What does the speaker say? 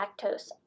lactose